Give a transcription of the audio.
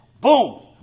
Boom